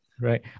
right